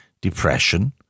depression